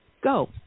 go